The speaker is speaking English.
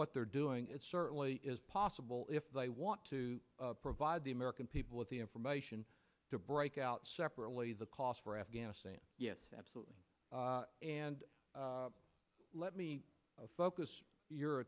what they're doing is certainly is possible if they want to provide the american people with the information to break out separately the cost for afghanistan yes absolutely and let me focus your